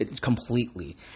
completely